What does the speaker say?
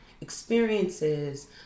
experiences